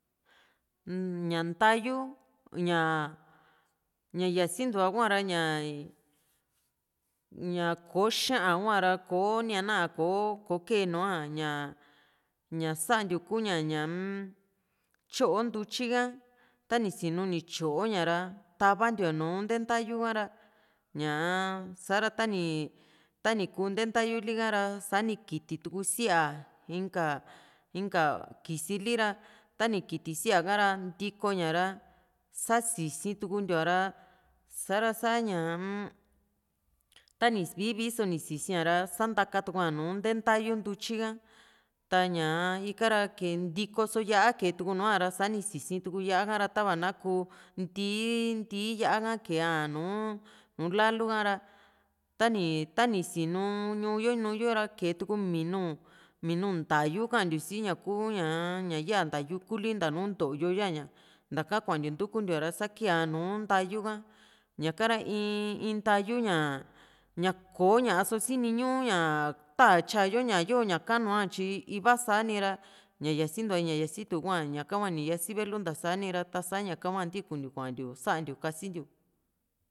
ñaa ntayu ñaa ña yasintua hua´ra ña ñaa koo xa´an huara ko niana ko ko kee nuaa ña ña santiu ku ña ña-m tyo ntutyi ka tani sinu ni tyo ña ra tavantiu ña nùù ntentayu ka´ra ñaa sa´ra tani tani kuu nte ntayuli ka ra sa´ra ta ni kiti tu sia inka inka kisi li ra tani kiti sia´ra ntiko ña ra sa sisi tundiuña ra sa´ra sa ña tani vii vii so ni sisia ra santaka tua nuu ntee ntayu ntutyi ka ta ña ikara ntikoso yá´a keetu nuara sani sisi tuku yá´a kara tava naku ntii yá´a ka kee nu nùù lalu ka´ra tani tani sinu ñu´uyo ñu´uyo ra kee tuku minu minu ntayu kantiu siña ku´ña ña yaa nta yuku li nta nùù ntoyo yaa ña ntaka kuantiu ntukun tiu´a ra sa kee´a nùù ntayu ka ñaka ra in in ntayu ña ña ko´ña so siniñu ña ta tyayo ña yo ñaka nua tyi ivasani ra ña santua ña yasitu hua ñaka hua yasi velu ntasa nira tasa ñaka hua ntikuntiu kuantiu sa ntiu kassintiu